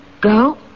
go